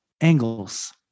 angles